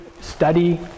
study